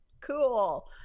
cool